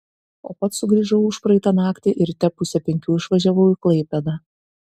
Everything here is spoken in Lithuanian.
o pats sugrįžau užpraeitą naktį ir ryte pusę penkių išvažiavau į klaipėdą